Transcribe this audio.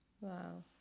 Wow